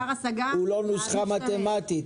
הוא לא נוסחה מתמטית.